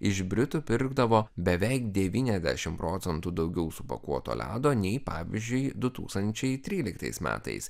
iš britų pirkdavo beveik devyniasdešimt procentų daugiau supakuoto ledo nei pavyzdžiui du tūkstančiai tryliktais metais